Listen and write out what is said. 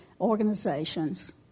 organizations